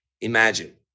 Imagine